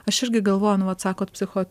aš irgi galvoju nu vat sakot psicho